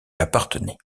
appartenait